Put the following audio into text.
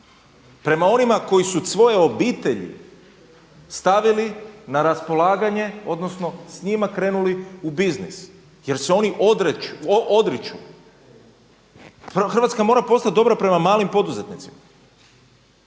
prema onima koji su svoje obitelji stavili na raspolaganje, odnosno s njima krenuli u biznis jer se oni odriču. Hrvatska mora postat dobra prema malim poduzetnicima